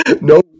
No